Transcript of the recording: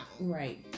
Right